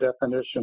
definition